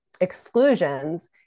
exclusions